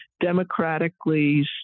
democratically